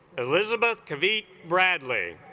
elizabeth kavita bradley